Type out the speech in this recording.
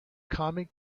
comic